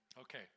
Okay